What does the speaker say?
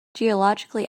geologically